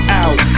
out